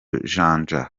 janja